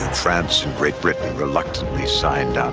france and great britain reluctantly signed um